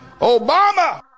Obama